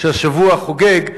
שהשבוע חוגג יום,